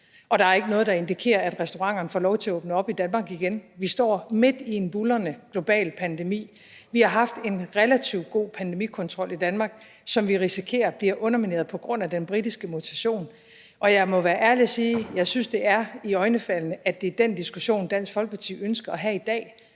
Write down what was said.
Og der er ikke noget, der indikerer, at restauranterne får lov til at åbne op i Danmark igen. Vi står midt i en buldrende global pandemi. Vi har haft en relativt god pandemikontrol i Danmark, som vi risikerer bliver undermineret af den britiske mutation. Jeg må være ærlig at sige: Jeg synes, det er iøjnefaldende, at det er den diskussion, Dansk Folkeparti ønsker at have i dag,